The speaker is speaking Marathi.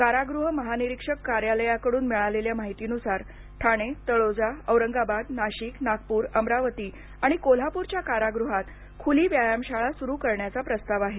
कारागृह महानिरीक्षक कार्यालयाकडून मिळालेल्या माहितीनुसार ठाणे तळोजा औरंगाबाद नाशिक नागपूर अमरावती आणि कोल्हापूरच्या कारागृहात खुली व्यायामशाळा सुरु करण्याचा प्रस्ताव आहे